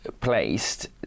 Placed